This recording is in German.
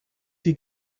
die